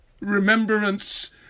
remembrance